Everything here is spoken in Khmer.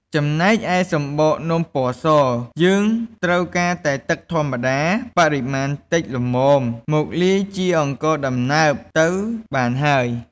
ចំណែកឯ សំបកនំពណ៌ស យើងត្រូវការតែទឹកធម្មតា បរិមាណតិចល្មមមកលាយជាអង្ករដំណើបទៅបានហើយ។